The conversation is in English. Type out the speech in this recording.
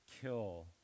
Kill